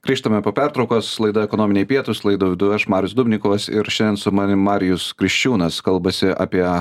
grįžtame po pertraukos laida ekonominiai pietūs laidą vedu aš marius dubnikovas ir šiandien su manim marijus kriščiūnas kalbasi apie